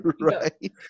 Right